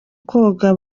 koga